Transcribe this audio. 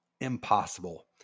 impossible